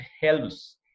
helps